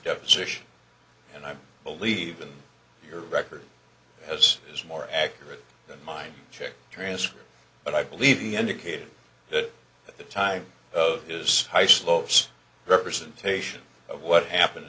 deposition and i believe that your record as is more accurate than mine check transcript but i believe he indicated that at the time of his high slopes representation of what happened